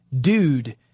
dude